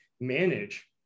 manage